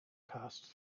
passed